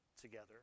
together